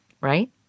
right